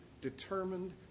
determined